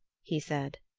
he said.